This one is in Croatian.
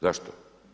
Zašto?